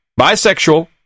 Bisexual